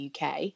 uk